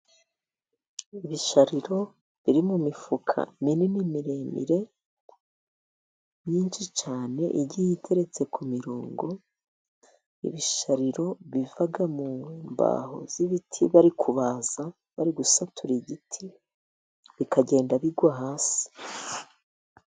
Ibishariro biri mu mifuka minini miremire myinshi cyane igihe iteretse ku mirongo. Ibishariro biva mu mbaho z'ibiti bari kubaza bari gusatura igiti bikagenda bigwa hasi.